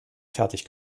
fertig